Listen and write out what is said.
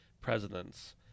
presidents